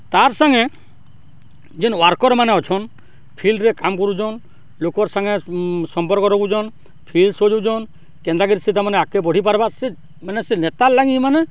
ତାର୍ ସାଙ୍ଗେ ଯେନ୍ ୱାର୍କର୍ମାନେେ ଅଛନ୍ ଫିଲ୍ଡ୍ରେ କାମ କରୁଚନ୍ ଲୋକର୍ ସାଙ୍ଗେ ସମ୍ପର୍କ ରଖୁଚନ୍ ଫିଲ୍ଡ୍ ସଜଉଚନ୍ କେନ୍ତାକରି ସେ ତାମାନେ ଆଗ୍କେ ବଢ଼ି ପାର୍ବା ସେ ମାନେ ସେ ନେତାର୍ ଲାଗି ମାନେ